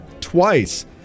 twice